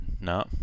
No